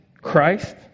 Christ